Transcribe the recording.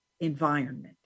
environment